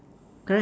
correct